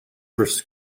versus